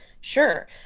Sure